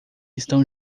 estão